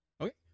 Okay